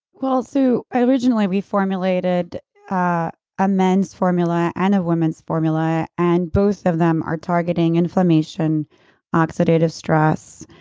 well, so originally we formulated ah a men's formula and a women's formula and both of them are targeting inflammation oxidative stress.